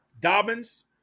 Dobbins